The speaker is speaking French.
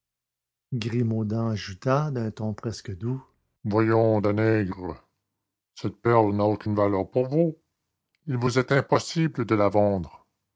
grimaudan ajouta d'un ton presque doux voyons danègre cette perle n'a aucune valeur pour vous il vous est impossible de la vendre